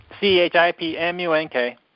C-H-I-P-M-U-N-K